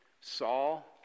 Saul